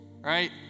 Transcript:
right